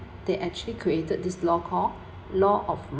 they actually created this law called law of